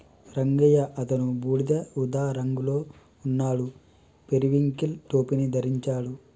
రంగయ్య అతను బూడిద ఊదా రంగులో ఉన్నాడు, పెరివింకిల్ టోపీని ధరించాడు